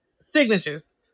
signatures